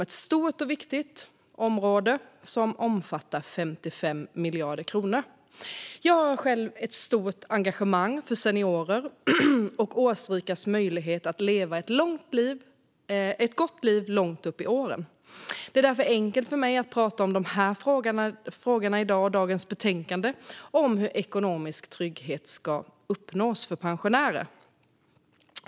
Det är ett stort och viktigt utgiftsområde som omfattar 55 miljarder kronor. Jag har ett stort engagemang för seniorers och årsrikas möjlighet att leva ett gott liv långt upp i åren. Det är därför enkelt för mig att prata om frågorna i dagens betänkande om hur ekonomisk trygghet ska uppnås för pensionärer.